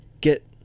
get